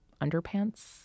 underpants